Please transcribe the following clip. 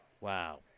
Wow